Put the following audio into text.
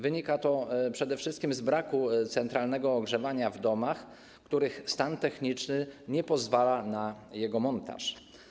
Wynika to przede wszystkim z braku centralnego ogrzewania w domach, których stan techniczny nie pozwala na jego montaż.